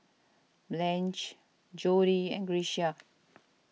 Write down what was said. Blanche Jody and Grecia